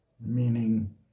meaning